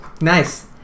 Nice